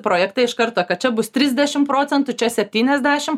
projektą iš karto kad čia bus trisdešim procentų čia septyniasdešim